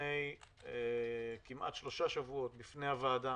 לפני כמעט שלושה שבועות בפני הוועדה